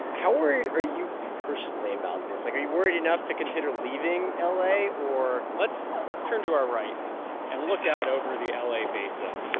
how worried are you personally about this? like, are you worried enough to consider leaving ah la? or. let's let's turn to our right and look out over the ah la basin.